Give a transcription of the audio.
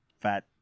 fat